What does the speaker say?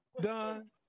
Done